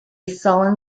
sullen